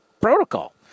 protocol